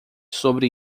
sobre